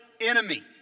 enemy